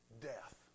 death